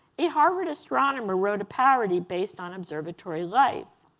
a harvard astronomer wrote a parody based on observatory life.